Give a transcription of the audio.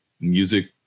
music